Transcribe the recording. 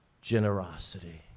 generosity